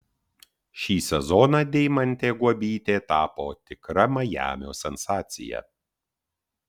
šį sezoną deimantė guobytė tapo tikra majamio sensacija